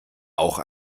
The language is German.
auch